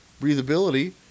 breathability